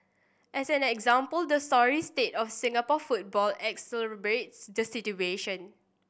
as an example the sorry state of Singapore football exacerbates the situation